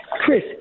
Chris